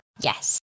Yes